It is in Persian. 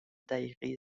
دقیقه